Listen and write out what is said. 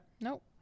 Nope